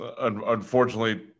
Unfortunately